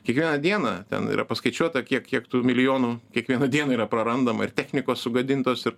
kiekvieną dieną ten yra paskaičiuota kiek kiek tų milijonų kiekvieną dieną yra prarandama ir technikos sugadintos ir